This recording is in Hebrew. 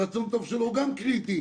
הרצון הטוב שלו הוא גם קריטי,